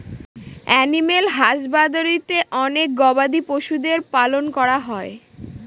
animal হাসবাদরীতে অনেক গবাদি পশুদের পালন করা হয়